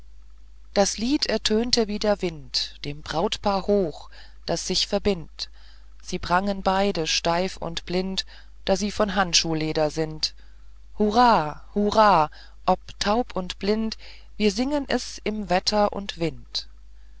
das lied ertönte wie der wind dem brautpaar hoch das sich verbind't sie prangen beide steif und blind da sie von handschuhleder sind hurrah hurrah ob taub und blind wir singen es im wetter und wind